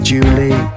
Julie